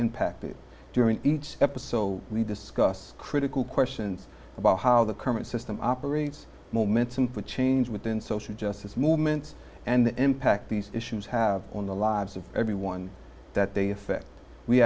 impacted during each episode we discuss critical questions about how the current system operates momentum for change within social justice movements and the impact these issues have on the lives of everyone that they affect we